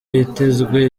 hitezwe